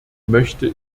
möchte